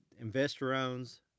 investor-owns